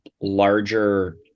larger